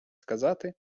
сказати